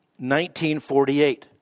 1948